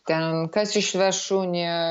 ten kas išves šunį